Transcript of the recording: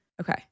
okay